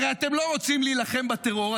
הרי אתם לא רוצים להילחם בטרור,